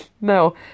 No